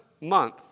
month